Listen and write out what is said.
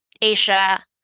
asia